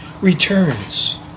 returns